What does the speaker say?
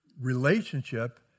Relationship